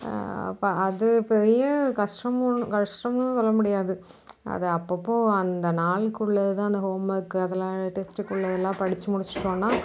பா அது பெரிய கஷ்டம் கஷ்டமுன் சொல்ல முடியாது அது அப்பப்போது அந்த நாளுக்கு உள்ளது தான் அந்த ஹோம் ஒர்க்கு அதெல்லாம் டெஸ்ட்டுக்கு உள்ளதெலாம் படித்து முடிச்சுட்டோன்னா